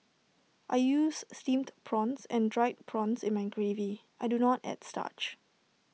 I use Steamed prawns and Dried prawns in my gravy I do not add starch